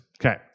Okay